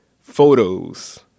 photos